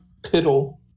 piddle